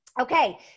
Okay